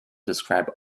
describe